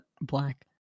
black